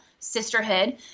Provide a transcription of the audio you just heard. sisterhood